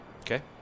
Okay